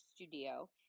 Studio